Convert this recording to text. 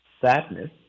sadness